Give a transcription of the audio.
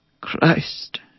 Christ